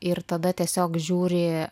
ir tada tiesiog žiūri